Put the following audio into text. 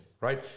right